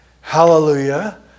Hallelujah